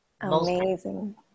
Amazing